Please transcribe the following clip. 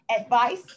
advice